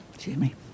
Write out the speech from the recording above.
Jimmy